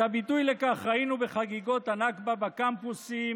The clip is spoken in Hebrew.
את הביטוי לכך ראינו בחגיגות הנכבה בקמפוסים